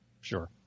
Sure